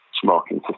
smoking